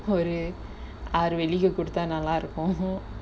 ஒரு ஆறு வெள்ளிக கொடுத்தா நல்லா இருக்கும்:oru aaru velliga koduthaa nallaa irukkum